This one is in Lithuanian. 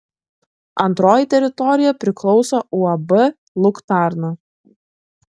antroji teritorija priklauso uab luktarna